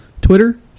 Twitter